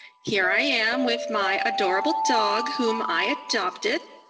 here i am with my adorable dog, whom i adopted.